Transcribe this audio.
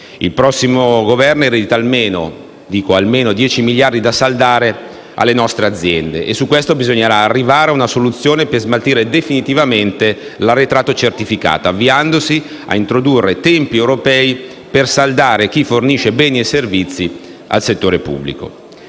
Il prossimo Governo erediterà almeno (e dico almeno) 10 miliardi da saldare alle nostre aziende e su questo bisognerà arrivare a una soluzione per smaltire definitivamente l'arretrato certificato, avviandosi ad introdurre tempi europei per saldare chi fornisce beni e servizi al settore pubblico.